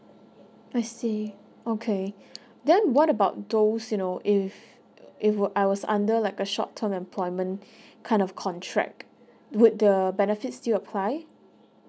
I see okay then what about those you know if if were I was under like a short term employment kind of contract would the benefits still apply